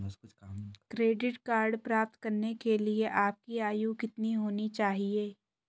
Credit card प्राप्त करने के लिए आपकी आयु कितनी होनी चाहिए?